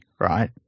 right